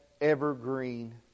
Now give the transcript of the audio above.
evergreen